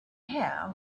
here